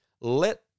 Let